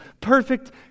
perfect